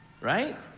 right